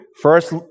first